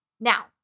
Now